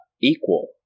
equal